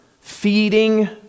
feeding